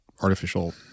artificial